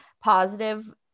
positive